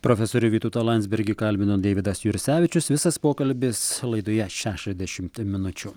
profesorių vytautą landsbergį kalbino deividas jursevičius visas pokalbis laidoje šešiasdešimt minučių